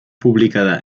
publicada